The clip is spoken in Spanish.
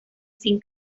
sin